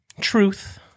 Truth